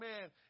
man